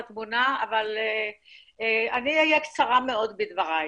אהיה קצרה בדבריי.